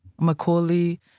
Macaulay